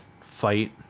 fight